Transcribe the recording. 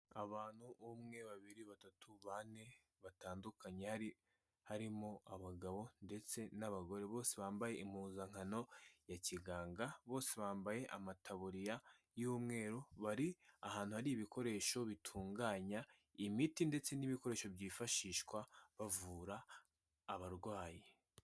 Abantu umwe, babiri, batatu, bane batandukanye, hari harimo abagabo ndetse n'abagore, bose bambaye impuzankano ya kiganga, bose bambaye amataburiya y'umweru. Bari ahantu hari ibikoresho bitunganya imiti ndetse n'ibikoresho byifashishwa bavura abarwayi.